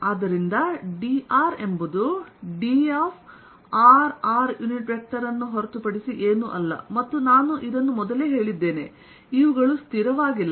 ಆದ್ದರಿಂದ dr ಎಂಬುದುdrr ಅನ್ನು ಹೊರತುಪಡಿಸಿ ಏನೂ ಅಲ್ಲ ಮತ್ತು ನಾನು ಮೊದಲೇ ಹೇಳಿದ್ದೇನೆ ಇವುಗಳು ಸ್ಥಿರವಾಗಿಲ್ಲ